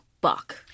buck